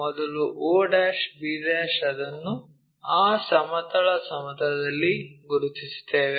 ಮೊದಲು o b ಅದನ್ನು ಆ ಸಮತಲ ಸಮತಲದಲ್ಲಿ ಗುರುತಿಸುತ್ತೇವೆ